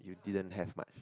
you didn't have much